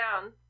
down